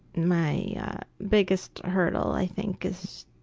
my biggest hurdle i think is